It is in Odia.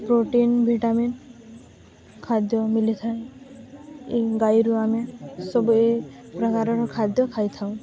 ପ୍ରୋଟିନ୍ ଭିଟାମନ୍ ଖାଦ୍ୟ ମିଳିଥାଏ ଏ ଗାଈରୁ ଆମେ ସବୁ ଏ ପ୍ରକାରର ଖାଦ୍ୟ ଖାଇଥାଉ